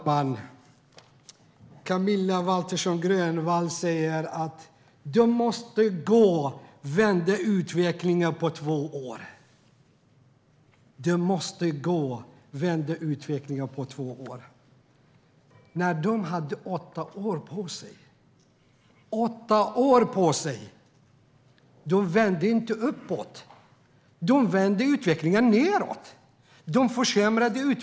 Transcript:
Herr talman! Camilla Waltersson Grönvall säger att det måste gå att vända utvecklingen på två år. Alliansregeringen hade åtta år på sig. Utvecklingen vände inte uppåt utan nedåt. Utvecklingen försämrades.